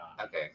Okay